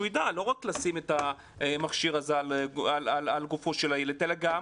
שהוא ידע לא רק לשים את המכשיר על גופו של הילד אלא גם